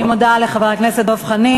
אני מודה, אני מודה לחבר הכנסת דב חנין.